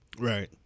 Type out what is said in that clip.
Right